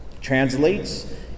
translates